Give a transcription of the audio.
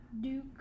Duke